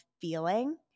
feeling